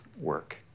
work